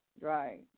Right